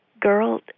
girl